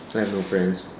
I have no friends